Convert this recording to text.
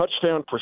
touchdown